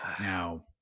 Now